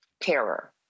Terror